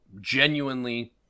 genuinely